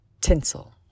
tinsel